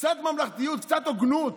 קצת ממלכתיות, קצת הוגנות.